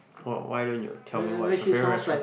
why why don't you tell me what is your favorite restaurant